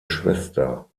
schwester